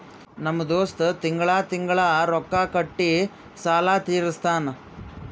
ನಮ್ ದೋಸ್ತ ತಿಂಗಳಾ ತಿಂಗಳಾ ರೊಕ್ಕಾ ಕೊಟ್ಟಿ ಸಾಲ ತೀರಸ್ತಾನ್